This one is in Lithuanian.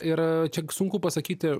ir čia sunku pasakyti